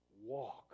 walk